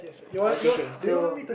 uh okay okay so